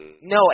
no